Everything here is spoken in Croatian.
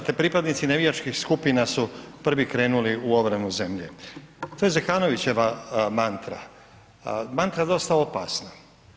Kažete pripadnici navijačkih skupina su prvi krenuli u obranu zemlje, to je Zekanovićeva mantra, mantra dosta opasna.